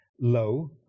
low